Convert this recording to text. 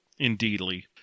Indeedly